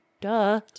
Duh